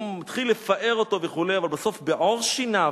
הוא מתחיל לפאר אותו וכו', אבל בסוף בעור שיניו,